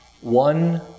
One